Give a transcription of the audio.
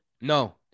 No